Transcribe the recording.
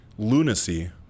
Lunacy